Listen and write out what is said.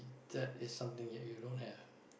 that is something that you don't have